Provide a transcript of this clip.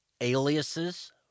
aliases